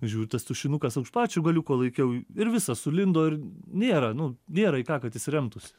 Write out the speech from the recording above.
žiū tas tušinukas užn pačio galiuko laikiau ir visas sulindo ir nėra nu nėra į ką kad jis remtųsi